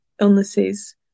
illnesses